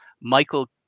Michael